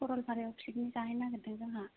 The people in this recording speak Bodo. सरलपारायाव पिकनिक जाहैनो नागिरदों जोंहा